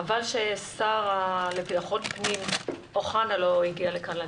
חייב שהשר לבטחון פנים אוחנה לא הגיע לכאן לדיון.